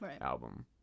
album